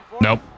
Nope